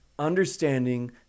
understanding